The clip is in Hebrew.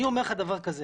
אני אומר לך דבר כזה